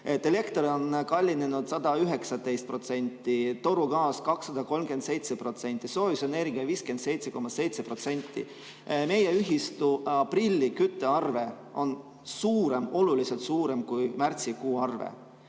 Elekter on kallinenud 119%, torugaas 237% ja soojusenergia 57,7%. Meie ühistu aprilli küttearve on suurem, oluliselt suurem kui märtsikuu arve.